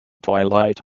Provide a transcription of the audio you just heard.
twilight